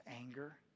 anger